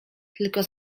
tylko